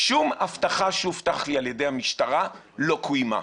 שום הבטחה שהובטחה לי על ידי המשטרה לא קוימה.